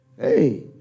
Hey